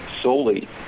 solely